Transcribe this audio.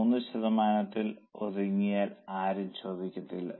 3 ശതമാനത്തിൽ ഒതുങ്ങിയാൽ ആരും ചോദിക്കില്ല